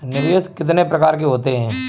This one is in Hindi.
निवेश कितने प्रकार के होते हैं?